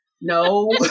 no